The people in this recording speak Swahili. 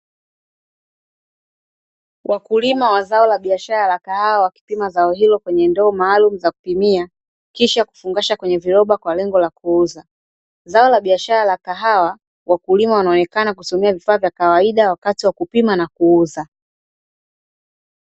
Wakulima wa zao la biashara la kahawa wakipima zao hilo kwenye ndoo maalum za kupimia, kisha kufungasha kwenye viroba kwa lengo la kuuza. Zao la biashara la kahawa wakulima wanaonekana kutumia vifaa vya kawaida wakati wa kupima na kuuza.